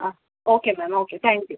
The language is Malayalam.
ആ okay ma'am okay thank you